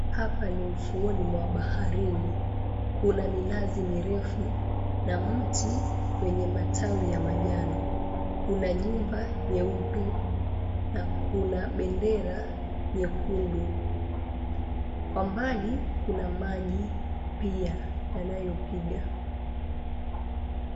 Hapa ni ufuoni mwa baharini. Kuna minazi mirefu na mti wenye matawi ya manjano. Kuna nyumba nyeupe na kuna bendera nyekundu. Kwa mbali kuna maji pia yanayopiga.